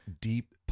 deep